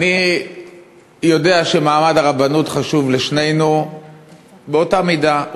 אני יודע שמעמד הרבנות חשוב לשנינו באותה מידה,